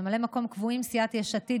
ממלאי מקום קבועים: סיעת יש עתיד,